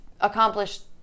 accomplished